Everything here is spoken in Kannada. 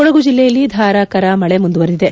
ಕೊಡಗು ಜಿಲ್ಲೆಯಲ್ಲಿ ಧಾರಾಕಾರ ಮಳೆ ಮುಂದುವರೆದಿದೆ